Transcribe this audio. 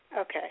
Okay